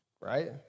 right